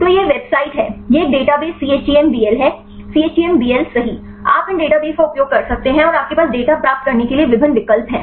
तो यह वेबसाइट है यह एक डेटाबेस chembl है chembl सही आप इन डेटाबेस का उपयोग कर सकते हैं और आपके पास डेटा प्राप्त करने के लिए विभिन्न विकल्प हैं